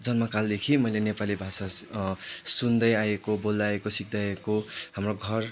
जन्म कालदेखि मैले नेपाली भाषा सुन्दै आएको बोल्दै आएको सिक्दै आएको हाम्रो घर